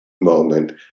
moment